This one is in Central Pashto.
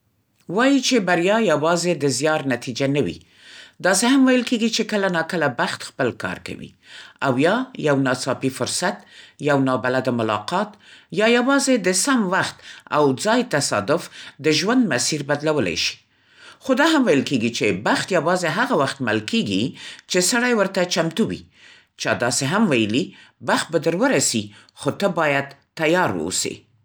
وایې چې بریا یوازې د زیار نتیجه نه وي. داسې هم ویل کېږي چې کله ناکله بخت خپل کار کوي. او یا یو ناڅاپي فرصت، یو نابلده ملاقات، یا یوازې د سم وخت او ځای تصادف، د ژوند مسیر بدلولی شي. خو دا هم ویل کېږي چې بخت یوازې هغه وخت مل کېږي، چې سړی ورته چمتو وي. چا داسې هم ویلي: بخت به در ورسي، خو ته باید تیار اوسې.